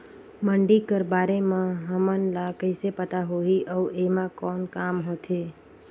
मंडी कर बारे म हमन ला कइसे पता होही अउ एमा कौन काम होथे?